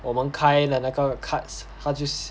我们开了那个 cards 他就